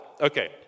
Okay